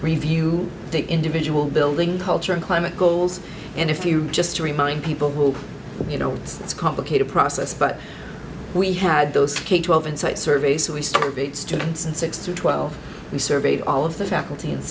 review individual building culture and climate goals and if you just remind people who you know it's a complicated process but we had those twelve insight survey so we starve eight students and six to twelve we surveyed all of the faculty and